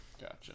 gotcha